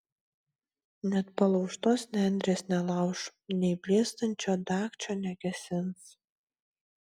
net palaužtos nendrės nelauš nei blėstančio dagčio negesins